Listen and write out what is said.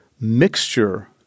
mixture